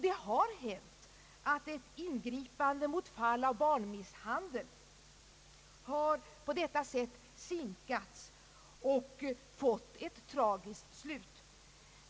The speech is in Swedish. Det har hänt att ett ingripande mot fall av barnmisshandel på detta sätt har sinkats och fått ett tragiskt slut.